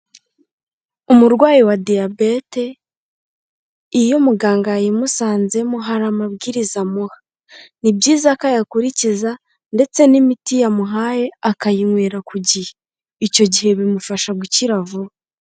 Umurwayi wa diyabete, iyo umuganga yayimusanzemo hari amabwiriza amuha, ni byiza ko ayakurikiza, ndetse n'imiti yamuhaye akayinywera ku gihe, icyo gihe bimufasha gukira vuba.